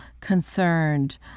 concerned